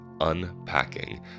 unpacking